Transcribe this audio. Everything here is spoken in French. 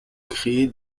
criait